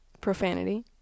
profanity